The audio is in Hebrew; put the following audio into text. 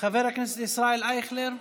חבר הכנסת ישראל אייכלר,